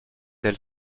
elle